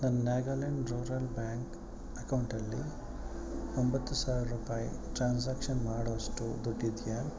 ನನ್ನ Nagaland rural bank ಅಕೌಂಟಲ್ಲಿ ಒಂಬತ್ತು ಸಾವಿರ ರೂಪಾಯಿ ಟ್ರಾನ್ಸಾಕ್ಷನ್ ಮಾಡೋ ಅಷ್ಟು ದುಡ್ಡಿದೆಯಾ